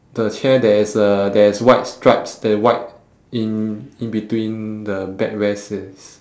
the chair there is a there is white stripes the white in in between the backrest is